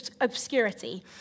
obscurity